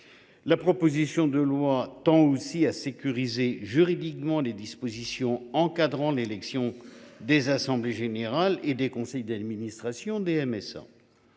La proposition de loi prévoit également de sécuriser juridiquement les dispositions encadrant l’élection des assemblées générales et des conseils d’administration des MSA.